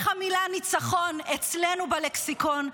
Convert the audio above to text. איך המילה ניצחון אצלנו בלקסיקון,